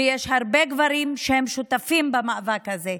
ויש הרבה גברים שהם שותפים במאבק הזה,